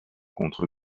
contre